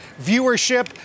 viewership